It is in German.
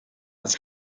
das